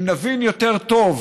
אם נבין יותר טוב